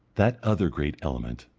that other great element,